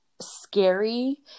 scary